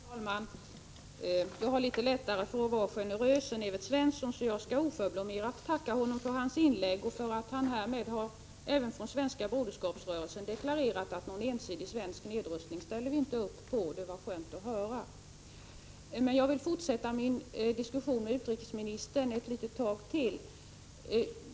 Herr talman! Jag har litet lättare att vara generös än Evert Svensson har. Därför vill jag oförblommerat tacka honom för hans inlägg och för att han på den svenska broderskapsrörelsens vägnar deklarerat att den inte ställer upp på en ensidig svensk nedrustning. Det var skönt att höra. Jag skall fortsätta min diskussion med utrikesministern en stund till.